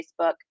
Facebook